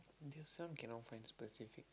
there's some cannot find specific